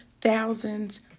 thousands